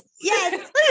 Yes